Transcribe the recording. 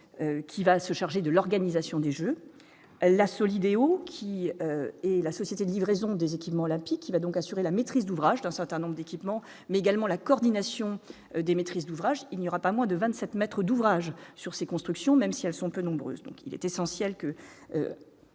qui va se charger de l'organisation des Jeux, la Solideo qui est la société de livraison des équipements olympiques qui va donc assurer la maîtrise d'ouvrage d'un certain nombre d'équipements mais également la coordination des maîtrises d'ouvrage, il n'y aura pas moins de 27 mètres d'ouvrages sur ces constructions, même si elles sont peu nombreuses, donc il est essentiel que